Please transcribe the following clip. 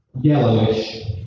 yellowish